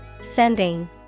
Sending